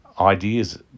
ideas